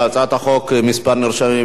להצעת החוק כמה נרשמים.